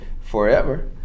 forever